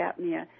apnea